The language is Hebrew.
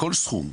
כל סכום.